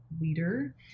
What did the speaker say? leader